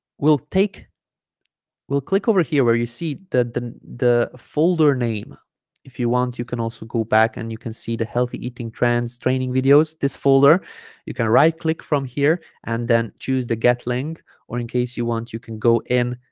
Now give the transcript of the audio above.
we'll take we'll click over here where you see the the the folder name if you want you can also go back and you can see the healthy eating trends training videos this folder you can right click from here and then choose the get link or in case you want you can go in